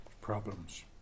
problems